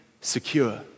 secure